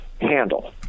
handle